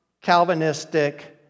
Calvinistic